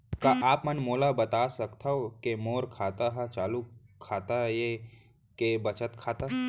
का आप मन मोला बता सकथव के मोर खाता ह चालू खाता ये के बचत खाता?